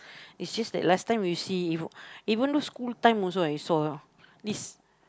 is just that last time you see even though school time also I saw this